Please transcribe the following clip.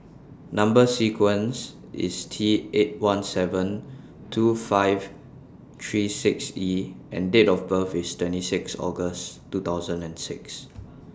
Number sequence IS T eight one seven two five three six E and Date of birth IS twenty six August two thousand and six